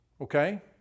Okay